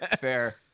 Fair